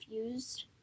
confused